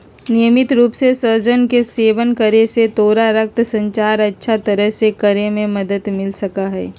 नियमित रूप से सहजन के सेवन करे से तोरा रक्त संचार अच्छा तरह से करे में मदद मिल सका हई